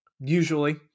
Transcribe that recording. usually